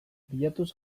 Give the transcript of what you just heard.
bilatuz